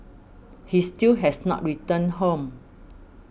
he still has not returned home